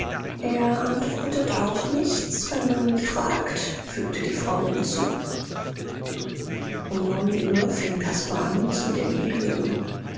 er antwortet auch nichts wenn man ihn fragt fügte die frau hinzu um neun uhr fing caspar an zu delirieren